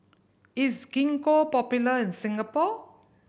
is Gingko popular in Singapore